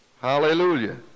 Hallelujah